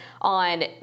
on